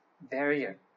barrier